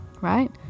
right